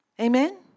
Amen